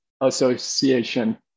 association